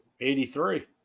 83